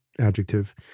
adjective